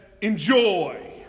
Enjoy